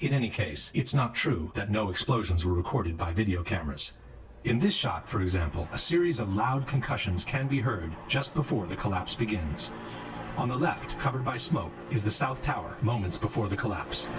in any case it's not true that no explosions were recorded by video cameras in this shot for example a series of loud concussions can be heard just before the collapse begins on the left covered by smoke is the south tower moments before the collapse